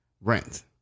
rent